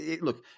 look